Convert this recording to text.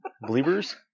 Believers